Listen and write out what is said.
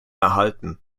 erhalten